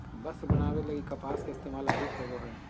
वस्त्र बनावे लगी कपास के इस्तेमाल अधिक होवो हय